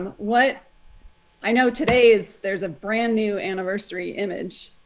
what i know today is there's a brand new anniversary image.